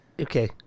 Okay